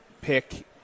pick